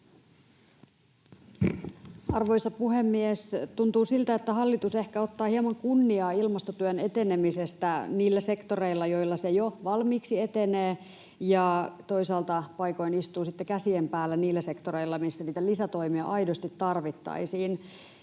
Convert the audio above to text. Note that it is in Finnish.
Arvoisa puhemies! Tuntuu siltä, että hallitus ehkä ottaa hieman kunniaa ilmastotyön etenemisestä niillä sektoreilla, joilla se jo valmiiksi etenee, ja toisaalta paikoin istuu sitten käsien päällä niillä sektoreilla, missä niitä lisätoimia aidosti tarvittaisiin.